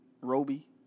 Roby